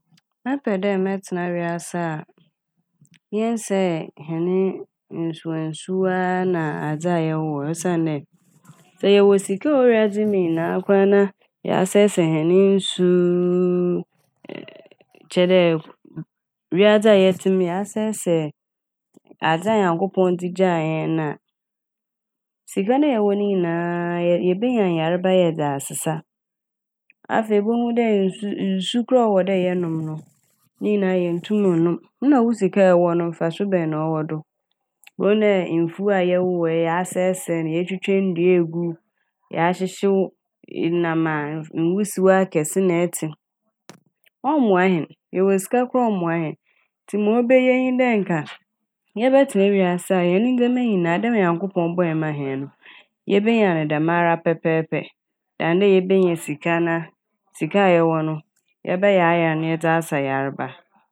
Mɛpɛ dɛ mɛtsena wiase a yɛnnkɛsɛe hɛn nsuwansuwa na adze a yɛwowɔ osiandɛ sɛ yɛwɔ sika a ɔwɔ wiadze yi mu nyinaa koraa na yɛasɛesɛe hɛn nsuuuu kyerɛ dɛn m-mɔ- wiadze a yɛtse m', yɛasɛesɛe adze a Nyankpɔn dze gyae hɛn na sika a na yɛwɔ ne nyinaa a yebenya yarba a yɛdze asesa. Afei ebohu dɛ nsu nsu koraa ɔwɔ dɛ yɛnom no ne nyinaa yenntum nnom na wo sika a ewɔ mfaso bɛn na ɔwɔ do. Bohu dɛ mfuw a yɛwowɔ yɛasɛe no yetwitwa ndua egu, yɛahyehyew enam a nwusiw akɛse na ɛtse. Ɔmmboa hɛn yɛwɔ sika koraa a ɔmmboa hɛn ntsi ma obeye nye dɛ nka yɛbɛtsena wiase a hɛn ndzɛma nyinaa dɛ mbrɛ Nyankopɔn bɔe maa hɛn no yebenya no dɛmara pɛpɛɛpɛ "than" dɛ yebenya sika na sika a yɛwɔ no yɛbɛyaryar na yɛdze asa yarba.